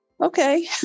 Okay